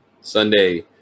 Sunday